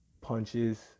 punches